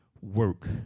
work